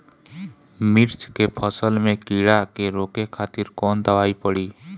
मिर्च के फसल में कीड़ा के रोके खातिर कौन दवाई पड़ी?